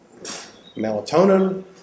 melatonin